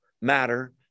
matter